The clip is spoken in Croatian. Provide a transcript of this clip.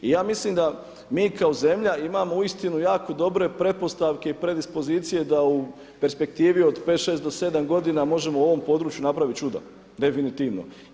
I ja mislim da mi kao zemlja imamo uistinu jako dobre pretpostavke i predispozicije da u perspektivi od pet, šest do sedam godina možemo u ovom području napraviti čuda, definitivno.